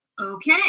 okay